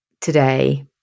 today